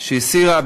שהסעירה,